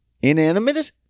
Inanimate